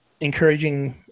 encouraging